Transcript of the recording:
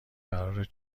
قرارت